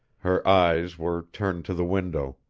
her eyes were turned to the window.